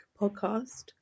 podcast